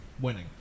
winning